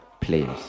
players